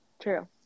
True